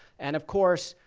and, of course,